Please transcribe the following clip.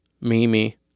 Mimi